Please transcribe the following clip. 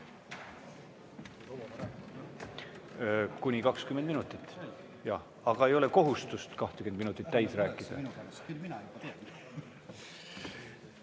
Kuni 20 minutit. Aga ei ole kohustust 20 minutit täis rääkida.